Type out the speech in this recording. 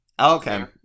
Okay